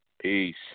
peace